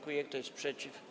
Kto jest przeciw?